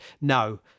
no